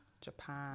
Japan